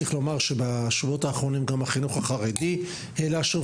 צריך ללומר שבשבועות האחרונים גם החינוך החרדי העלה שוב